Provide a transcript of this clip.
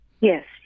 Yes